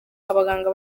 abaganga